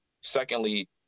Secondly